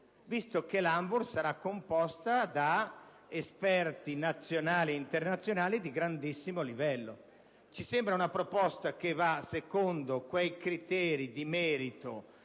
visto che l'ANVUR sarà composta da esperti nazionali e internazionali di altissimo livello. Ci sembra una proposta che rispetta quei criteri di merito,